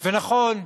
ונכון,